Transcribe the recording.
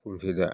खमफ्लिटा